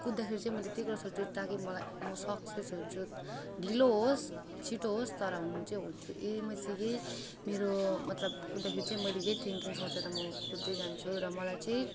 कुद्दाखेरि चाहिँ मैले के गर्छ त्यो ताकि मलाई म सक्सेस हुन्छु ढिलो होस् छिटो होस् तर हुनु चाहिँ हुन्छु मेरो मतलब कुद्दाखेरि चाहिँ मैले यही थिङ्किङ सोचेर म कुदिरहन्छु र मलाई चाहिँ